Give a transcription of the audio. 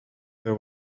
there